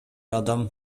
адам